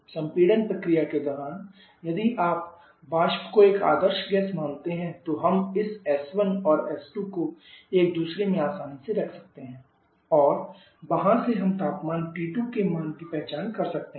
संपीड़न प्रक्रिया के दौरान यदि आप वाष्प को एक आदर्श गैस मानते हैं तो हम इस s1 और s2 को एक दूसरे में आसानी से रख सकते हैं और वहां से हम तापमान T2 के मान की पहचान कर सकते हैं